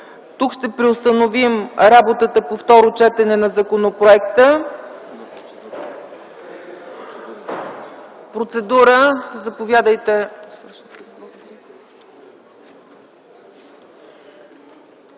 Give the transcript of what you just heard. тук ще преустановим работата по второ четене на законопроекта. Заповядайте